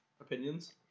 Opinions